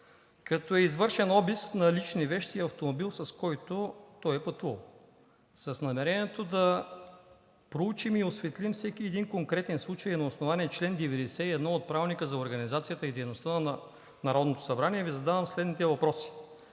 като е извършен обиск на личните му вещи и на автомобила, с който той е пътувал. С намерението да проучим и осветлим всеки конкретен случай на основание чл. 91 от Правилника за организацията и дейността на Народното събрание Ви задавам следните въпроси: